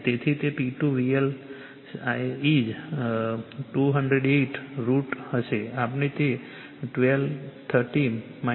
તેથી તે P2 VL IL જે 208 હશે આપણને 12 cos 30 36